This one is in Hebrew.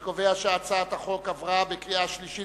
אני קובע שהצעת החוק עברה בקריאה שלישית